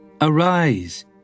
Arise